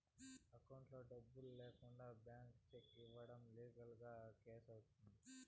అకౌంట్లో డబ్బులు లేకుండా బ్లాంక్ చెక్ ఇయ్యడం లీగల్ గా కేసు అవుతుంది